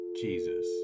Jesus